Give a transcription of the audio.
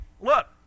look